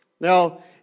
Now